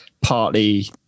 partly